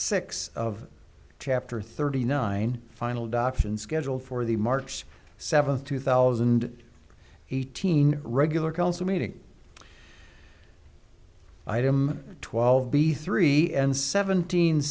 six of chapter thirty nine final doctrine scheduled for the march seventh two thousand and eighteen regular council meeting item twelve b three and seventeen